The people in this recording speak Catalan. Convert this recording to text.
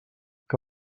que